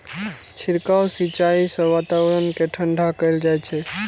छिड़काव सिंचाइ सं वातावरण कें ठंढा कैल जाइ छै